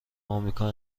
آمریکا